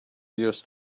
used